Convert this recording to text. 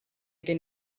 gen